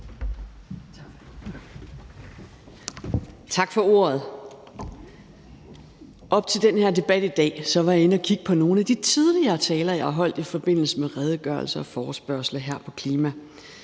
Tak for ordet. Op til den her debat i dag var jeg inde at kigge på nogle af de tidligere taler, jeg har holdt i forbindelse med redegørelser og forespørgsler her på